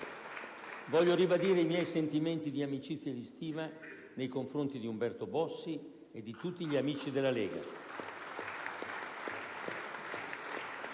voglio ribadire i miei sentimenti di amicizia e di stima nei confronti di Umberto Bossi e di tutti gli amici della Lega.